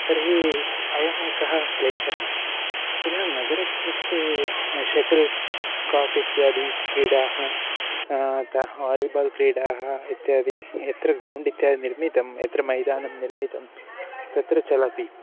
तर्हि अयमेकः क्लेशः पुनः नगरक्षेत्रे शटल् काक् इत्यादिक्रीडाः अतः वालिबाल् क्रीडाः इत्यादि यत्र ग्रौण्ड् इत्यादिनिर्मितं यत्र मैदानं निर्मितं तत्र चलति